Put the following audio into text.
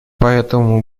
поэтому